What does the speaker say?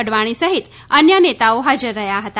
અડવાણી સહિત અન્ય નેતાઓ હાજર રહ્યા હતા